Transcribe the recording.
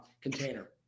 container